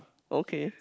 okay